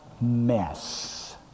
mess